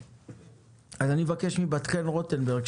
אני מבקש מבת חן רוטנברג,